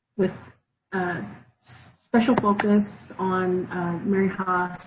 with a special focus on mary haas